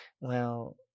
Well